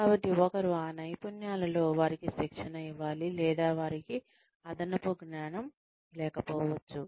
కాబట్టి ఒకరు ఆ నైపుణ్యాలలో వారికి శిక్షణ ఇవ్వాలి లేదా వారికి అదనపు జ్ఞానం లేకపోవచ్చు